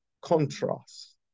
contrast